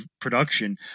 production